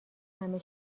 همه